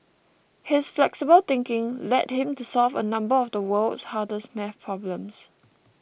his flexible thinking led him to solve a number of the world's hardest math problems